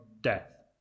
death